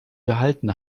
gehalten